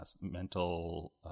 mental